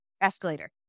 Escalator